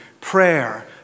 prayer